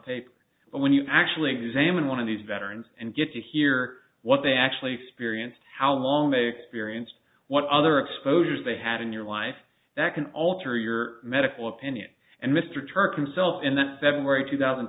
paper but when you actually examine one of these veterans and get to hear what they actually experienced how long they experienced what other exposures they had in your life that can alter your medical opinion and mr turton self in that february two thousand